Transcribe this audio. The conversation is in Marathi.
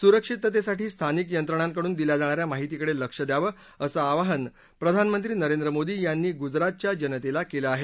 सुरक्षिततेसाठी स्थानिक यंत्रणाकडून दिल्या जाणाऱ्या माहितीकडे लक्ष द्यावं असं आवाहन प्रधानमंत्री नरेंद्र मोदी यांनी गुजरातच्या जनतेला केलं आहे